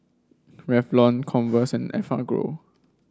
Revlon Converse and Enfagrow